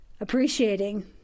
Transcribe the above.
Appreciating